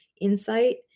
insight